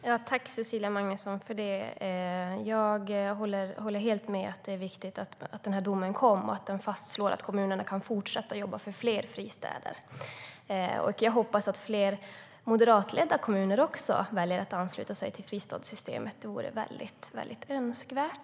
Herr talman! Jag tackar Cecilia Magnusson för det. Jag håller helt med om att det är viktigt att domen kom och att den fastslår att kommunerna kan fortsätta jobba för fler fristäder. Jag hoppas också att fler moderatledda kommuner väljer att ansluta sig till fristadssystemet. Det vore väldigt önskvärt.